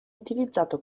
utilizzato